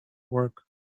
work